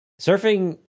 surfing